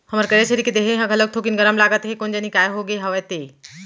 हमर करिया छेरी के देहे ह घलोक थोकिन गरम लागत हे कोन जनी काय होगे हवय ते?